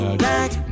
black